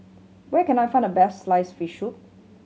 where can I find the best sliced fish soup